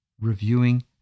reviewing